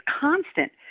constant